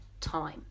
time